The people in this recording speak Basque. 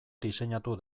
diseinatu